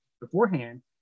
beforehand